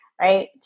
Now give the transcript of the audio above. Right